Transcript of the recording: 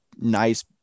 nice